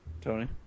Tony